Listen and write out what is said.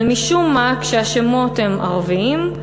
אבל משום מה, כשהשמות הם ערביים,